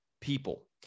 people